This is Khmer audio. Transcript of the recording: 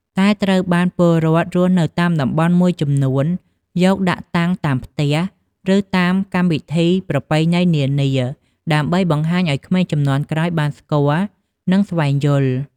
តែត្រូវបានពលរដ្ឋរស់នៅតាមតំបន់មួយចំនួន យកដាក់តាំងតាមផ្ទះ ឬតាមកម្មវិធីប្រពៃណីនានា ដើម្បីបង្ហាញឱ្យក្មេងជំនាន់ក្រោយបានស្គាល់ និងស្វែងយល់។